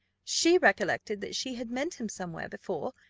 she recollected that she had met him somewhere before,